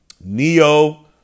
neo